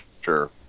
sure